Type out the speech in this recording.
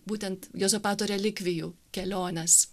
būtent juozapato relikvijų kelionės